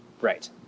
Right